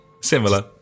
Similar